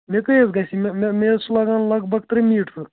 مےٚ کٔہۍ حظ گژھِ یہِ مےٚ مےٚ حظ چھِ لگان لَگ بَگ ترٛےٚ میٖٹَر